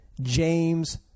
James